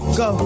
go